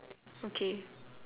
okay